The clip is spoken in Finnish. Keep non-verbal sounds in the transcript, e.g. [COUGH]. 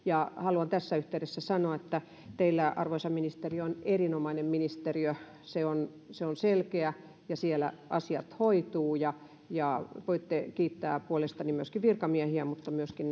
haluan tässä yhteydessä sanoa että teillä arvoisa ministeri on erinomainen ministeriö se on se on selkeä ja siellä asiat hoituvat voitte kiittää puolestani ministeriön virkamiehiä mutta myöskin [UNINTELLIGIBLE]